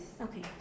Okay